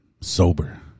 sober